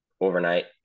overnight